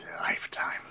lifetime